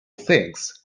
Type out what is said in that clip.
things